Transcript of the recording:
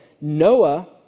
Noah